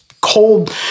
cold